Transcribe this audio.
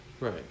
right